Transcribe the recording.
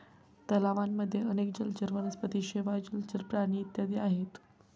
तलावांमध्ये अनेक जलचर वनस्पती, शेवाळ, जलचर प्राणी इत्यादी आहेत